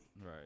Right